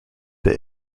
that